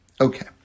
Okay